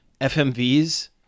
FMVs